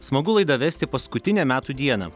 smagu laidą vesti paskutinę metų dieną